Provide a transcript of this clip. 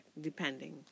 depending